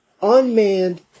unmanned